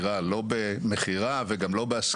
אלא מה,